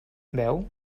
veu